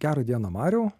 gerą dieną mariau